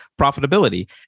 profitability